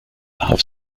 have